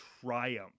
triumph